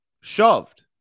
shoved